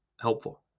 helpful